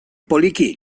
poliki